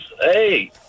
Hey